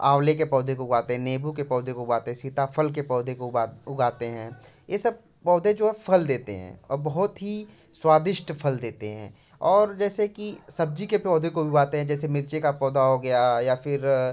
आंवले के पौधे को उगाते हैं नीबू के पौधे को उगाते हैं सीताफल के पौधे को उगाते हैं ये सब पौधे जो है फल देते हैं और बहुत ही स्वादिष्ट फल देते हैं और जैसे कि सब्जी के पौधे को भी उगाते हैं जैसे मिर्चे का पौधा हो गया या फिर